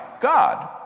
God